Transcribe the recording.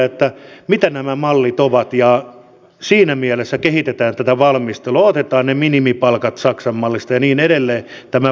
yhtenä vaihtoehtona otettiin esille pohjoismaat ja siinä mielessä kehitetään tätä valmistelua otetaan ne minimipalkat baltian maat kahdeksan maan ryhmänä